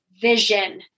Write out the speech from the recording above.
vision